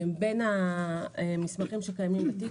בין המסמכים שקיימים בתיק,